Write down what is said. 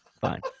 Fine